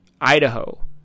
Idaho